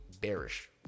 bearish